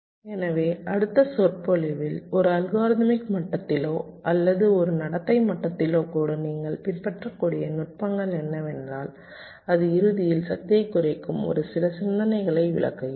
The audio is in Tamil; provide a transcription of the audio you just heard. எனவே அடுத்த சொற்பொழிவில் ஒரு அல்காரிதமிக் மட்டத்திலோ அல்லது ஒரு நடத்தை மட்டத்திலோ கூட நீங்கள் பின்பற்றக்கூடிய நுட்பங்கள் என்னவென்றால் அது இறுதியில் சக்தியைக் குறைக்கும் ஒரு சில சிந்தனைகளை விளக்குகிறோம்